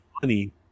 funny